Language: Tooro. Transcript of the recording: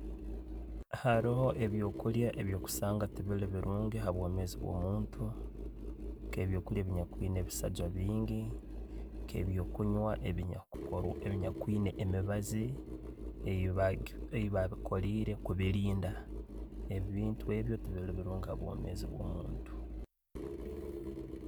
Haroho e'byokulya ebyo'kusanga ebitaali birungi habwomezi bwo muntu. Nke ebyokulya ebye kunyiine ebiisaaju bingi, nka ebyo kunywa ebinyakuko ebinyakwiine emiibaazi eyibagi eyibakolile kubilinda, ebintu ebyo tebiiri birungi habwomezi bwo muntu.